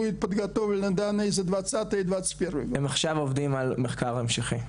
הם עכשיו עובדים על מחקר המשכי.